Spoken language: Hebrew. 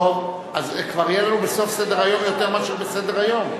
אז כבר יהיה לנו בסוף סדר-היום יותר מאשר בסדר-היום.